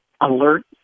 alert